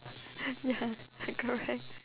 ya correct